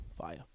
Fire